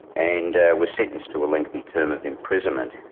and was sentenced to a lengthy term of imprisonment.